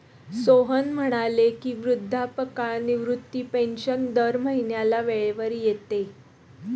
सोहन म्हणाले की, वृद्धापकाळ निवृत्ती पेन्शन दर महिन्याला वेळेवर येते